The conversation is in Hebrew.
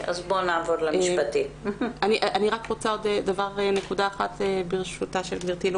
נקודה נוספת ברשותך,